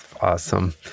Awesome